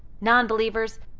non-believers,